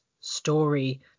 story